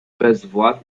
bezwład